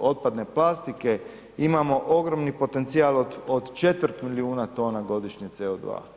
otpadne plastike, imamo ogromni potencijal od četvrt milijuna tona godišnje CO2.